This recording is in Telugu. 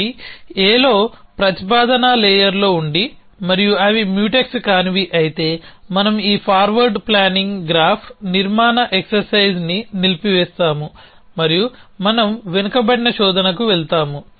అవి A లో ప్రతిపాదన లేయర్లో ఉండి మరియు అవి మ్యూటెక్స్ కానివి అయితే మనం ఈ ఫార్వర్డ్ ప్లానింగ్ గ్రాఫ్నిర్మాణ ఎక్ససైజ్ని నిలిపివేస్తాము మరియు మనం వెనుకబడిన శోధనకు వెళ్తాము